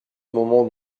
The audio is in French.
moment